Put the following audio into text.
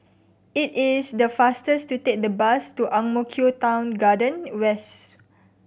it is the faster to take the bus to Ang Mo Kio Town Garden West